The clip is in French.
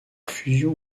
fusion